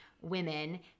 women